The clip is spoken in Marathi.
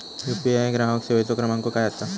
यू.पी.आय ग्राहक सेवेचो क्रमांक काय असा?